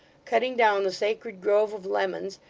cutting down the sacred grove of lemons,